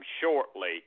shortly